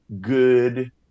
good